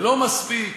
ולא מספיק